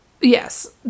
Yes